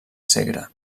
segre